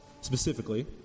specifically